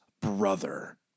brother